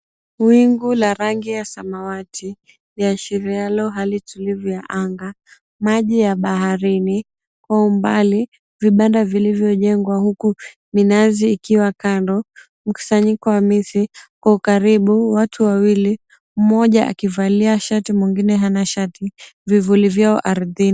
Wingu la rangi ya samawati liashirialo hali tulivu ya anga, maji ya baharini, kwa umbali, vibanda vilivyojengwa huku minazi ikiwa kando, mkusanyiko wa miti. Kwa ukaribu, watu wawili, mmoja akivalia shati, mwingine hana shati. Vivuli vyao ardhini.